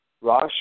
Rosh